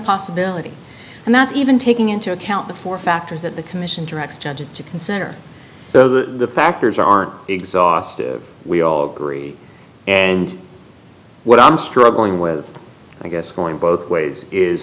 possibility and that even taking into account the four factors that the commission directs judges to consider the factors are exhaustive we all agree and what i'm struggling with i guess going both ways is